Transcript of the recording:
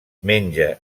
menja